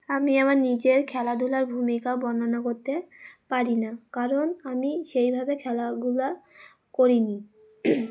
আমি আমার নিজের খেলাধুলার ভূমিকা বর্ণনা করতে পারি না কারণ আমি সেইভাবে খেলাধুলা করিনি